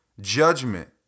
Judgment